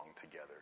together